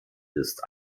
ist